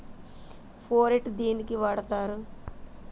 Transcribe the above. Phorate దేనికి వాడుతరు?